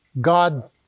God